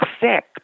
sick